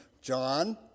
John